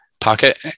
pocket